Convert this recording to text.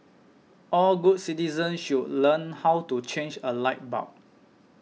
all good citizens should learn how to change a light bulb